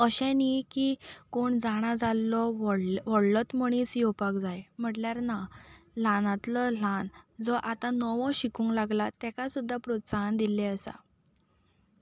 अशें न्ही की कोण जाणा जाल्लो व्हडलो व्हडलोत मनीस येवन उलोपाक जाय म्हटल्यार ना ल्हानांतलो ल्हान जो आतां नवो शिकूंक लागलां तेका सुद्दां प्रोत्साहन दिल्लें आसा